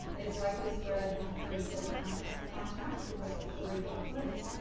is likely spread through close contact contacts, the respiratory droplets,